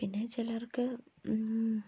പിന്നെ ചിലർക്ക്